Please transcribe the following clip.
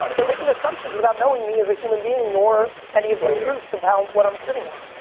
they're making assumptions without knowing me as a human being nor any of my truths of how, what i'm sitting on,